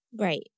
Right